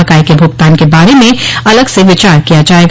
बकाये के भुगतान के बारे में अलग से विचार किया जायेगा